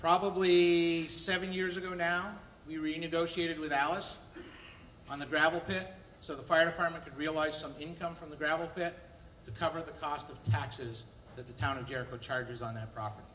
probably seven years ago now we renegotiated with alice on the gravel pit so the fire department could realize some income from the gravel pit to cover the cost of taxes that the town of jericho charges on the property